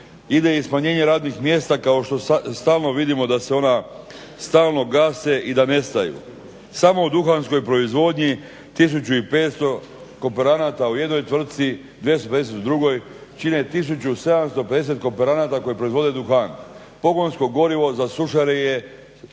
ide i smanjenje radnih mjesta kao što stalno vidimo da se ona stalno gase i da nestaju. Samo u duhanskoj proizvodnji 1500 kooperanata u jednoj tvrci, 250 u drugoj čine 1750 kooperanata koji proizvode duhan. Pogonsko gorivo za sušare je